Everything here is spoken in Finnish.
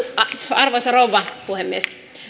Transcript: arvoisa rouva puhemies